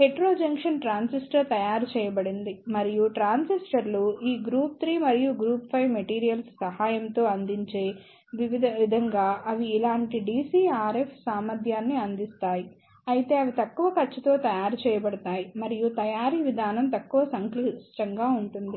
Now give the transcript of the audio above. heterojunction transistor తయారు చేయబడింది మరియు ట్రాన్సిస్టర్లు ఈ గ్రూప్ 3 మరియు గ్రూప్ 5 మెటీరియల్స్ సహాయంతో అందించే విధంగా అవి ఇలాంటి DC RF సామర్థ్యాన్ని అందిస్తాయి అయితే అవి తక్కువ ఖర్చుతో తయారు చేయబడతాయి మరియు తయారీ విధానం తక్కువ సంక్లిష్టం గా ఉంటుంది